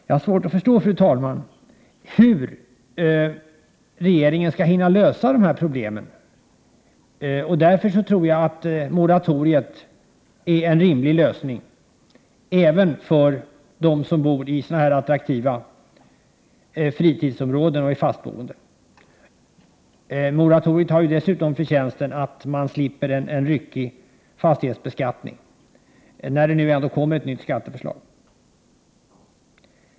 Jag har svårt att förstå, fru talman, hur regeringen skall hinna lösa dessa problem, och därför tror jag att moratoriet är en rimlig lösning även för den som bor i sådana här attraktiva fritidsområden och som är fastboende. Moratoriet har dessutom den förtjänsten att man med ett sådant slipper en ryckighet i fastighetsbeskattningen, när det nu kommer ett nytt skatteförslag.